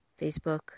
Facebook